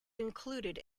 included